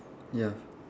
ya